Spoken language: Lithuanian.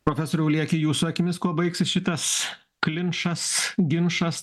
profesoriau lieki jūsų akimis kuo baigsis šitas klinčas ginčas